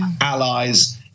allies